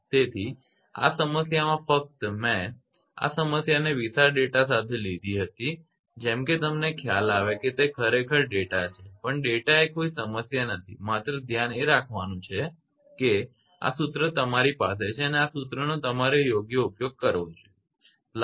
તેથી આ સમસ્યામાં ફક્ત મેં આ સમસ્યાને વિશાળ ડેટા સાથે લીધી હતી જેમ કે તમને ખ્યાલ છે કે તે ખરેખર ડેટા છે પણ ડેટા એ કોઈ સમસ્યા નથી માત્ર ધ્યાન એ રાખવાનું છે કે આ સૂત્ર તમારી પાસે છે અને આ સૂત્રનો તમારે યોગ્ય ઉપયોગ કરવો જોઈએ બરાબર